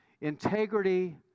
integrity